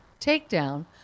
takedown